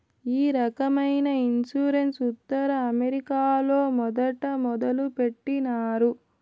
ఈ రకమైన ఇన్సూరెన్స్ ఉత్తర అమెరికాలో మొదట మొదలుపెట్టినారు